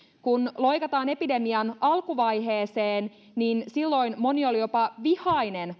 kun loikataan epidemian alkuvaiheeseen niin silloin oppositiossa moni oli jopa vihainen